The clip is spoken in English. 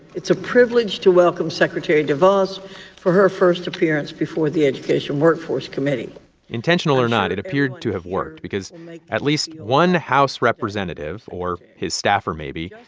it's a privilege to welcome secretary devos for her first appearance before the education workforce committee intentional or not, it appeared to have worked because like at least one house representative, or his staffer maybe,